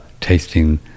tasting